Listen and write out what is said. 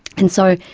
and so,